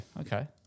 Okay